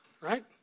right